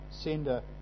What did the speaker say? sender